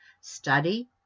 Study